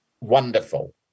wonderful